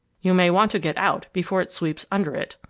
you may want to get out before it sweeps under it!